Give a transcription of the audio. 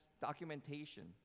documentation